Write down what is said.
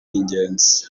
ingenzi